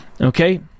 Okay